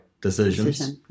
decisions